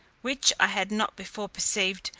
which i had not before perceived,